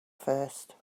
first